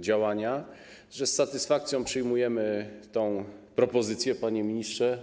działania, że z satysfakcją przyjmujemy tę propozycję, panie ministrze.